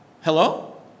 Hello